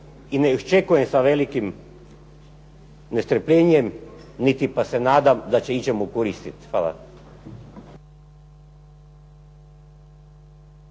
i ne iščekujem sa velikim nestrpljenjem niti se nadam da će ičemu koristiti. Hvala.